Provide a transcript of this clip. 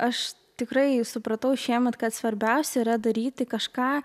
aš tikrai supratau šiemet kad svarbiausia yra daryti kažką